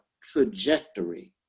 trajectory